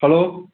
hello